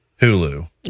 Hulu